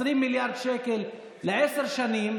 20 מיליארד שקלים לעשר שנים.